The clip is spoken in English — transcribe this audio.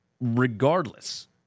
regardless